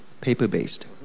paper-based